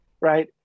right